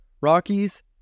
Rockies